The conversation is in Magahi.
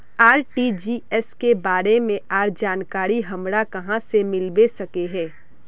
आर.टी.जी.एस के बारे में आर जानकारी हमरा कहाँ से मिलबे सके है?